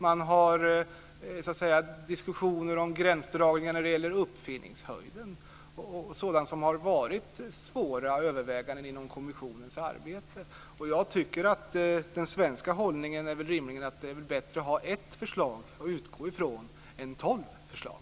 Man diskuterar gränsdragningar när det gäller uppfinningshöjden och sådant som har varit svårt att överväga inom kommissionens arbete. Jag tycker att den svenska hållningen är rimlig, att det är bättre att ha ett förslag att utgå från än tolv förslag.